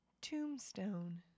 Tombstone